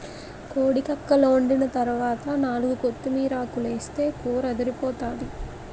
కోడి కక్కలోండిన తరవాత నాలుగు కొత్తిమీరాకులేస్తే కూరదిరిపోతాది